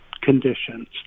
conditions